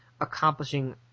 accomplishing